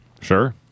Sure